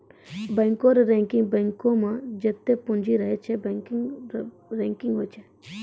बैंको रो रैंकिंग बैंको मे जत्तै पूंजी रहै छै रैंकिंग भी होय छै